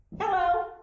Hello